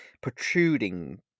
protruding